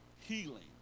Healing